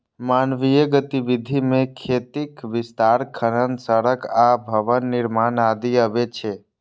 मानवीय गतिविधि मे खेतीक विस्तार, खनन, सड़क आ भवन निर्माण आदि अबै छै